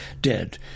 dead